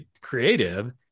creative